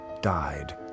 died